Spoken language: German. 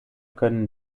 können